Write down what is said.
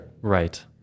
Right